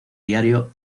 diario